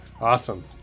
Awesome